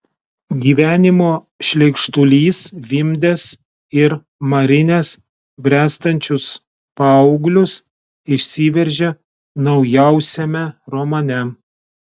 gyvenimo šleikštulys vimdęs ir marinęs bręstančius paauglius išsiveržė naujausiame romane